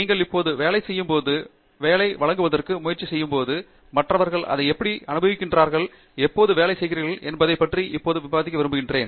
நீங்கள் இப்போது வேலை செய்யும்போது வேலை வழங்குவதற்கு முயற்சி செய்யும்போது மற்றவர்கள் அதை எப்படி அனுபவித்திருக்கிறார்கள் எப்போது வேலை செய்கிறீர்கள் என்பதைப் பற்றி இப்போது விவாதிக்க விரும்புகிறேன்